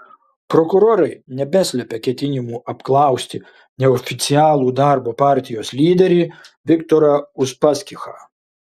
prokurorai nebeslepia ketinimų apklausti neoficialų darbo partijos lyderį viktorą uspaskichą